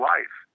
Life